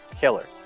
killer